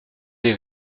les